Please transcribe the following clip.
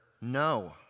No